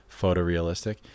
photorealistic